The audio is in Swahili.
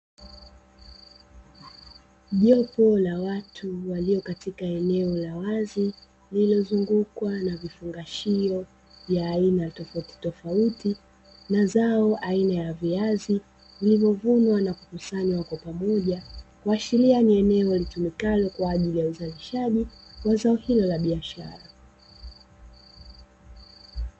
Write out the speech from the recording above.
Jopo la watu walio katika eneo la wazi lililozungukwa na vifungashio tofautitofauti na zao aina ya viazi limevunwa na kukusanywa kwa pamoja kuashiria ni eneo litumikalo kwa ajili ya uzalishaji wa zao hilo la biashara.